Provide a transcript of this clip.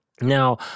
Now